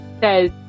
says